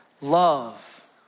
love